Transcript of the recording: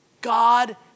God